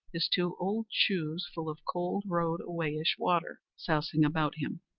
his two old shoes full of cold road-a-wayish water sousing about him,